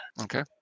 Okay